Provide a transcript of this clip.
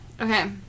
Okay